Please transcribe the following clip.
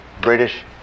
British